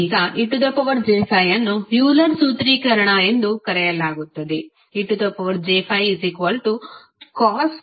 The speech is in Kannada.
ಈಗ ej∅ ಅನ್ನು ಯೂಲರ್ ಸೂತ್ರೀಕರಣ ಎಂದು ಕರೆಯಲಾಗುತ್ತದೆej∅cos ∅ jsin ∅